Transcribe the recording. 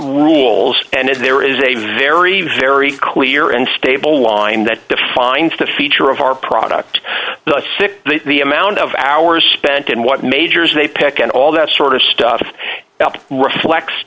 rules and if there is a very very clear and stable line that defines the feature of our product that's it the amount of hours spent and what majors they pick and all that sort of stuff reflects